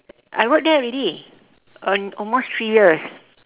I work there already on almost three years